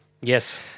Yes